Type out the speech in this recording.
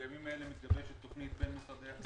בימים אלה מתגבשת תכנית בין משרדי החינוך והאוצר,